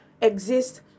exist